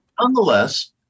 Nonetheless